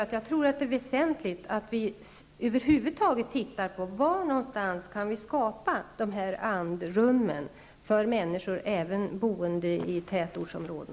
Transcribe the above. Jag tror nämligen att det är väsentligt att vi över huvud taget undersöker var vi kan skapa andrum också för människor som bor i tätortsområden.